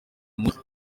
muzi